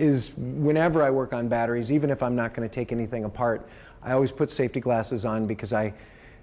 is whenever i work on batteries even if i'm not going to take anything apart i always put safety glasses on because i